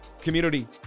community